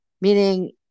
meaning